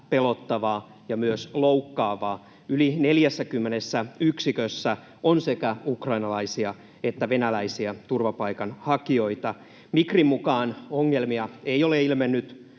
pelottavaa ja myös loukkaavaa. Yli 40 yksikössä on sekä ukrainalaisia että venäläisiä turvapaikanhakijoita. Migrin mukaan ongelmia ei ole ilmennyt,